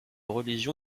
religion